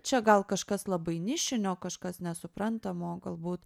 čia gal kažkas labai nišinio kažkas nesuprantamo galbūt